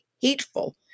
hateful